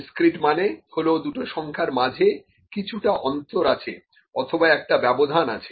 discrete মানে হলো দুটো সংখ্যার মাঝে কিছুটা অন্তর আছে অথবা একটা ব্যবধান আছে